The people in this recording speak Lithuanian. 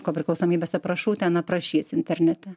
kopriklausomybės aprašau ten aprašys internete